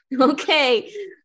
Okay